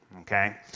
okay